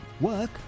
work